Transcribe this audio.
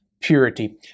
purity